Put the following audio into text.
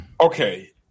okay